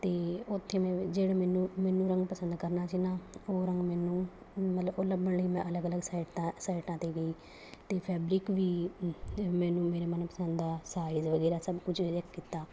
ਅਤੇ ਉੱਥੇ ਮੈਂ ਜਿਹੜਾ ਮੈਨੂੰ ਮੈਨੂੰ ਰੰਗ ਪਸੰਦ ਕਰਨਾ ਸੀ ਨਾ ਉਹ ਰੰਗ ਮੈਨੂੰ ਮਤਲਬ ਉਹ ਲੱਭਣ ਲਈ ਮੈਂ ਅਲੱਗ ਅਲੱਗ ਸਾਈਡਾਂ ਸਾਈਟਾਂ 'ਤੇ ਗਈ ਅਤੇ ਫੈਬਰਿਕ ਵੀ ਮੈਨੂੰ ਮੇਰੇ ਮਨਪਸੰਦ ਦਾ ਸਾਈਜ਼ ਵਗੈਰਾ ਸਭ ਕੁਝ ਕੀਤਾ